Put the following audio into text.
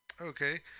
okay